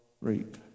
reap